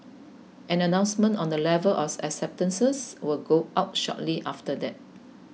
an announcement on the level of acceptances will go out shortly after that